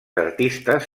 artistes